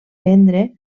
prendre